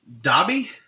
Dobby